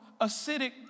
acidic